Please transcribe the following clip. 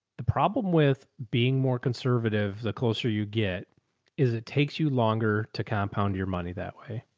the problem with being more conservative, the closer you get is it takes you longer to compound your money that way.